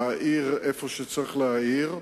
להאיר במקום שצריך להאיר,